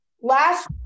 last